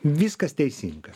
viskas teisinga